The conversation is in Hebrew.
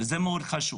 וזה מאוד חשוב